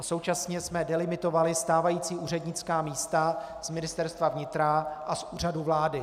Současně jsme delimitovali stávající úřednická místa z Ministerstva vnitra a z Úřadu vlády.